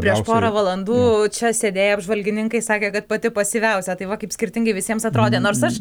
prieš porą valandų čia sėdėję apžvalgininkai sakė kad pati pasyviausia tai va kaip skirtingai visiems atrodė nors aš